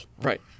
Right